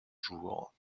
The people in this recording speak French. jour